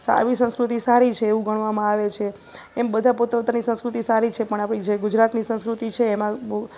આવી સંસ્કૃતિ સારી છે એવું ગણવામાં આવે છે એમ બધા પોતપોતાની સંસ્કૃતિ સારી છે પણ આપણી જે ગુજરાતની સંસ્કૃતિ છે એમાં બહુ